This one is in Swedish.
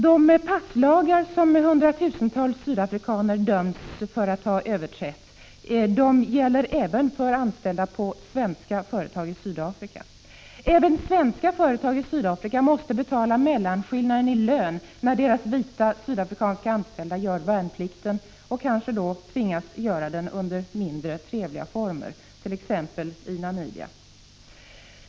De passlagar som hundratusentals sydafrikaner döms för att ha överträtt gäller även för anställda på svenska företag i Sydafrika. Även svenska företag i Sydafrika måste betala mellanskillnaden i lön när deras vita sydafrikanska anställda gör värnplikt och kanske tvingas göra den under mindre trevliga former t.ex. i Namibia.